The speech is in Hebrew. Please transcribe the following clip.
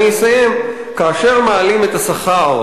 לסיום, כי אנחנו צריכים, כאשר מעלים את השכר,